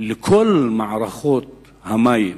לכל מערכות המים